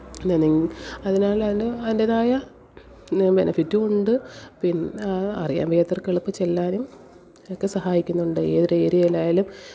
അതിനാലാന് അതിൻ്റെതായ ന ബെനെഫിറ്റുമുണ്ട് പിന്നെ അറിയാന് വയ്യാത്തവര്ക്ക് എളുപ്പം ചെല്ലാനും ഒക്കെ സഹായിക്കുന്നുണ്ട് ഏതൊരു ഏര്യയിലായാലും